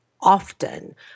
often